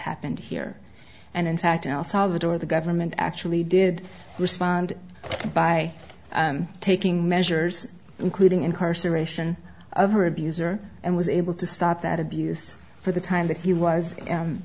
happened here and in fact in el salvador the government actually did respond by taking measures including incarceration of her abuser and was able to stop that abuse for the time that he was